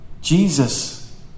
Jesus